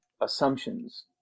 assumptions